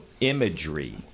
imagery